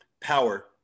Power